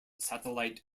satellite